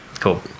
cool